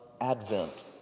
Advent